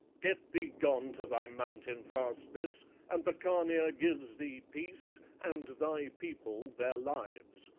get thee gone to thy mountain fastness and the khania gives thee peace, and thy people their lives.